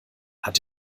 hat